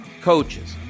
coaches